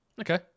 Okay